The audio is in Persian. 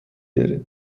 داره